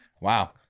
Wow